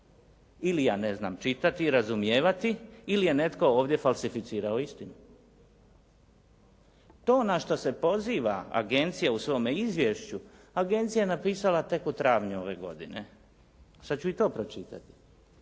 Ili ja ne znam čitati i razumijevati ili je netko ovdje falsificirao istinu. To na što se poziva agencija u svome izvješću, agencija je napisala tek u travnju ove godine. Sad ću i to pročitati.